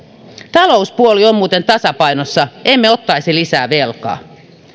talouspuoli on muuten tasapainossa emme ottaisi lisää velkaa